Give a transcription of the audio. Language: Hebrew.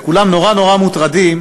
וכולם נורא נורא מוטרדים